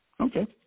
Okay